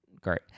great